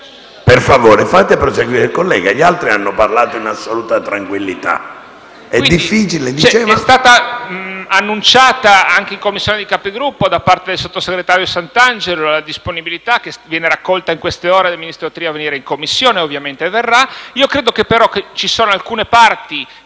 Per favore, fate proseguire il collega. Gli altri hanno parlato in assoluta tranquillità. PATUANELLI